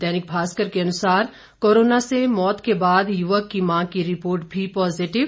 दैनिक भास्कर के अनुसार कोरोना से मौत के बाद युवक की मां की रिपोर्ट भी पॉजिटिव